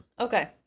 Okay